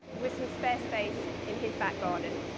with some spare space in his back garden,